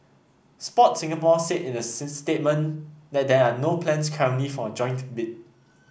Sport Singapore said in a statement that there are no plans currently for a joint bid